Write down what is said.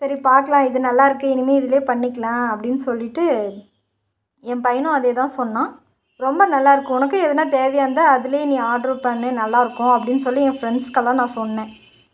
சரி பார்க்கலாம் இது நல்லாயிருக்கு இனிமே இதிலே பண்ணிக்கலாம் அப்படீன்னு சொல்லிட்டு என் பையனும் அதே தான் சொன்னால் ரொம்ப நல்லாயிருக்கு உனக்கும் எதனா தேவையாக இருந்தால் அதில் நீ ஆட்ரு பண்ணு நல்லாயிருக்கும் அப்படீன்னு சொல்லி என் ஃப்ரெண்ட்ஸுக்கெல்லாம் நான் சொன்னேன்